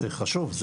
זה חשוב.